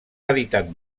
editat